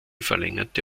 verlängerte